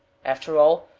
after all,